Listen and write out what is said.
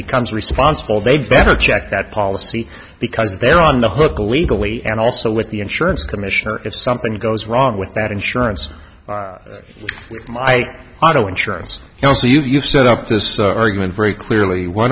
becomes responsible they'd better check that policy because they're on the hook illegally and also with the insurance commissioner if something goes wrong with that insurance my auto insurance also you've set up this argument very clearly why